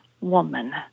woman